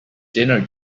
dinner